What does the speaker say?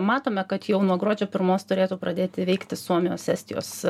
matome kad jau nuo gruodžio pirmos turėtų pradėti veikti suomijos estijos